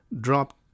dropped